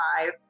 five